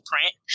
print